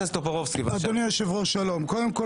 אדוני היושב-ראש שלום, קודם כל